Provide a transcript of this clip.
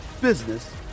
business